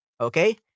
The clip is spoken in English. okay